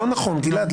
לא נכון, גלעד.